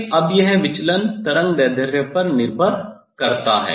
इसलिए अब यह विचलन तरंगदैर्ध्य पर निर्भर करता है